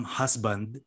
husband